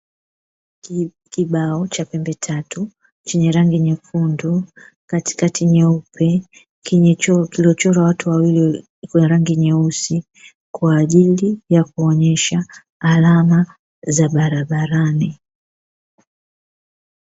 Kibao cha pembe tatu chenye rangi nyekundu katikati nyeupe, kilichochorwa watu wawili kuna rangi nyeusi kwa ajili ya kuonyesha alama za barabarani.